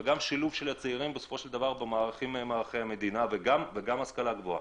שילוב של הצעירים במערכי המדינה וגם השכלה גבוה.